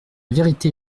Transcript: vérité